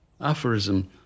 aphorism